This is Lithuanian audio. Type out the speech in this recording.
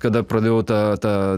kada pradėjau tą tą